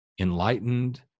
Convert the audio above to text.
enlightened